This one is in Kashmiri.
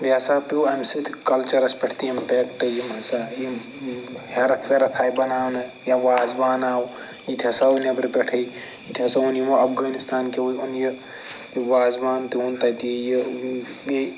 بییٚہِ ہسا پیٛو اَمہِ سۭتۍ کلچرس پیٹھ تہِ امپیکٹہٕ یِم ہسا یِم ہیرتھ ویرتھ آیہِ بناونہٕ یا وازٕوان آو یہِ تہِ ہسا آو نیٚبرٕ پٮ۪ٹھے یہ تہِ ہسا اوٚن یِمُو افغٲنِستاکیٛوٕے اوٚن یہ وازٕوان تہِ اوٚن تتی یہِ بییٚہِ